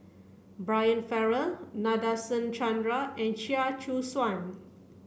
Brian Farrell Nadasen Chandra and Chia Choo Suan